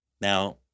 Now